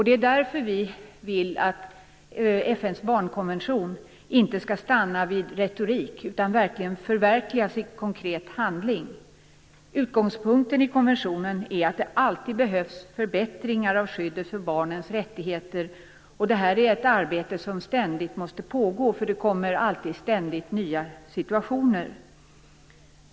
Det är därför vi vill att FN:s barnkonvention inte skall stanna vid retorik utan verkligen förverkligas i konkret handling. Utgångspunkten i konventionen är att det alltid behövs förbättringar av skyddet för barnens rättigheter. Det är ett arbete som ständigt måste pågå. Det kommer ständigt nya situationer.